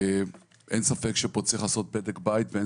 ואין ספק שפה צריך לעשות בדק בית ואין